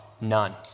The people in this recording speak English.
None